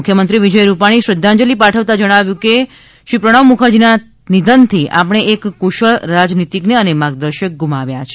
મુખ્યમંત્રી શ્રી વિજય રૂપાણીએ શ્રદ્ધાંજલિ પાઠવતા જણાવ્યું છે કે શ્રી પ્રણવ મુખરજીના તેમના નિધનથી આપણે એક કુશળ રાજનીતિજ્ઞ અને માર્ગદર્શક ગુમાવ્યા છે